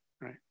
right